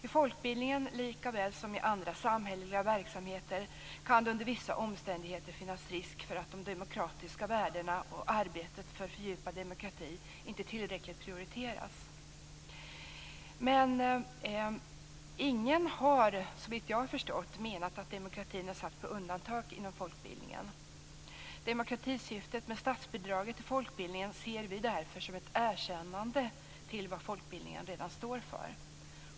I folkbildningen, likaväl som i andra samhälleliga verksamheter, kan det under vissa omständigheter finnas risk för att de demokratiska värdena och arbetet för fördjupad demokrati inte tillräckligt prioriteras. Såvitt jag har förstått är det ingen som har menat att demokratin är satt på undantag inom folkbildningen. Demokratisyftet med statsbidraget till folkbildningen ser vi därför som ett erkännande till det som folkbildningen redan står för.